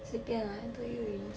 随便 lah I told you already